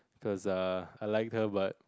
cause err I like her but